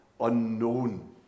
unknown